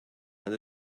and